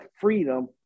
freedom